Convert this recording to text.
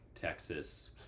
Texas